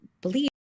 believe